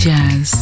Jazz